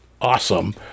awesome